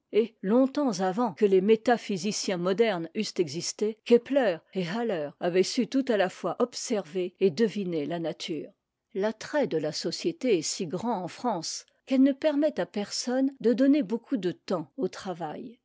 ong temps avant que les métaphysiciens modernes eussent existé kepler et haller avaient su tout à la fois observer et deviner la nature l'attrait de la société est si grand en france qu'elle ne permet à personne de donner beaucoup de temps au travail